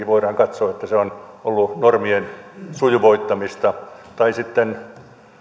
voidaan katsoa että jätevesi asetuksen järkevöittäminenkin on ollut normien sujuvoittamista tai sitten